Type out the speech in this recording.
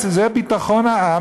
זה ביטחון העם,